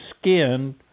skin